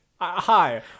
Hi